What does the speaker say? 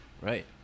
Right